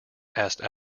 asked